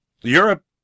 Europe